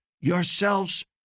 yourselves